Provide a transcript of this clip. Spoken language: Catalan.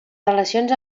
relacions